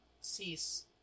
cease